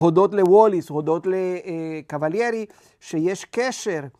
‫הודות לווליס, הודות לקבליירי, ‫שיש קשר.